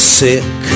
sick